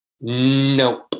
nope